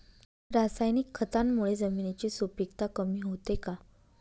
रासायनिक खतांमुळे जमिनीची सुपिकता कमी होते का?